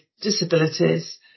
disabilities